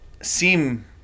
seem